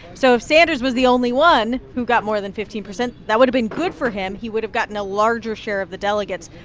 so if sanders was the only one who got more than fifteen percent, that would've been good for him. he would've gotten a larger share of the delegates.